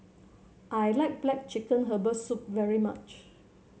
I like black chicken Herbal Soup very much